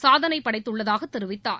சாதனை படைத்துள்ளதாக தெரிவித்தார்